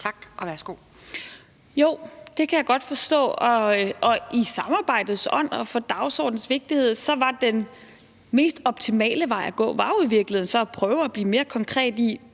Stampe (RV): Jo, det kan jeg godt forstå, og i samarbejdets ånd og på grund af dagsordenens vigtighed var den mest optimale vej at gå jo så i virkeligheden at blive mere konkret i